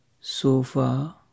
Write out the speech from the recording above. sofa